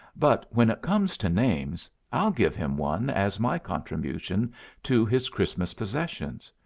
but when it comes to names, i'll give him one as my contribution to his christmas possessions.